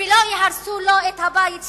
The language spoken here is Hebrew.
ולא יהרסו לו את הבית שלו.